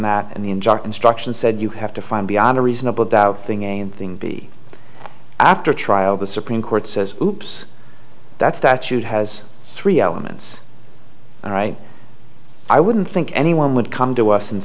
that and the instruction said you have to find beyond a reasonable doubt thing a thing be after a trial the supreme court says oops that statute has three elements all right i wouldn't think anyone would come to us and